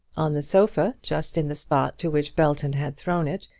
on the sofa, just in the spot to which belton had thrown it,